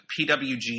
PWG